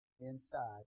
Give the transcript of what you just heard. inside